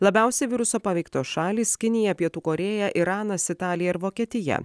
labiausiai viruso paveiktos šalys kinija pietų korėja iranas italija ir vokietija